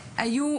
והיו,